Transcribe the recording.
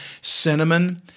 cinnamon